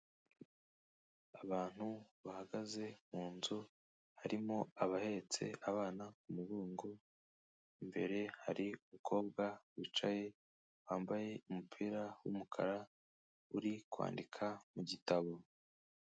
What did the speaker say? Abantu bahagaze mu nzu harimo abahetse abana mu mugongo, imbere hari umukobwa wicaye wambaye umupira wumukara uri kwandika mu gitabo.